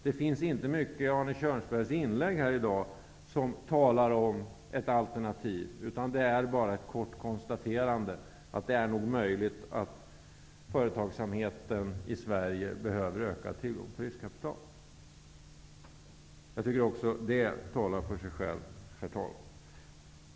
Det finns inte mycket i Arne Kjörnsbergs inlägg här i dag som talar om ett alternativ, utan han gör bara ett kort konstaterande om att det nog är möjligt att företagsamheten i Sverige behöver ökad tillgång på riskkapital. Herr talman! Jag tycker att också detta talar för sig självt.